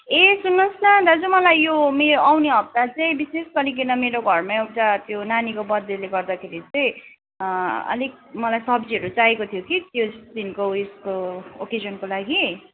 ए सुन्नुहोस् न दाजु मलाई यो मे आउने हप्ता चाहिँ विशेष गरीकन मेरो घरमा एउटा त्यो नानीको बर्थडेले गर्दाखेरि चाहिँ अलिक मलाई सब्जीहरू चाहिएको थियो कि त्यस दिनको उएसको ओकेजनको लागि